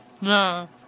No